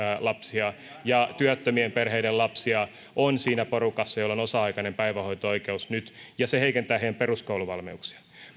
lapsia ja työttömien perheiden lapsia on siinä porukassa joilla on osa aikainen päivähoito oikeus nyt ja se heikentää heidän peruskouluvalmiuksiaan